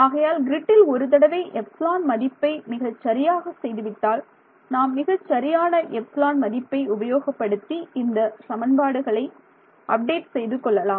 ஆகையால் கிரிட்டில் ஒரு தடவை ε மதிப்பை மிகச் சரியாகச் செய்துவிட்டால் நாம் மிகச் சரியான ε மதிப்பை உபயோகப்படுத்தி இந்த சமன்பாடுகளை அப்டேட் செய்து கொள்ளலாம்